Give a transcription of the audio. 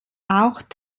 auch